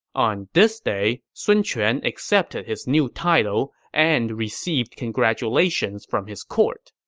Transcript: on this day, sun quan accepted his new title and received congratulations from his court.